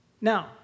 Now